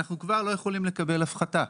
אנחנו כבר לא יכולים לקבל הפחתה.